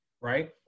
right